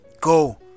go